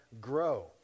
grow